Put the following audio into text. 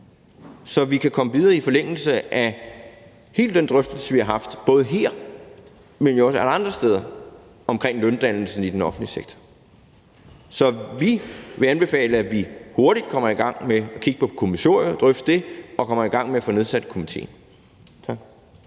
så vi kan komme videre i forlængelse af hele den drøftelse, vi både har haft her, men jo også alle andre steder, om løndannelsen i den offentlige sektor. Så Venstre vil anbefale, at vi hurtigt kommer i gang med at kigge på kommissoriet, drøfter det, og at vi kommer i gang med at få nedsat komitéen.